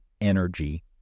Energy